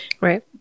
Right